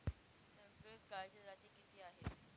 संकरित गायीच्या जाती किती आहेत?